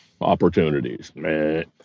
opportunities